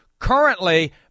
Currently